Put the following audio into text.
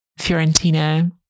Fiorentina